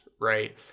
right